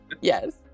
Yes